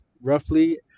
roughly